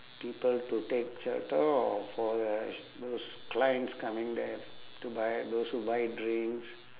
people to take shelter or for the sh~ those clients coming there to buy those who buy drinks